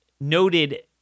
noted